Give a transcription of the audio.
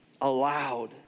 allowed